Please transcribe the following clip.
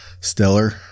stellar